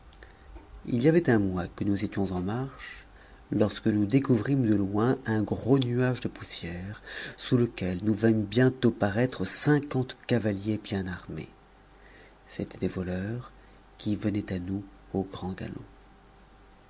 il y avait un mois que nous étions en marche lorsque nous découvrîmes de loin un gros nuage de poussière sous lequel nous vîmes bientôt paraître cinquante cavaliers bien armés c'étaient des voleurs qui venaient à nous au grand galop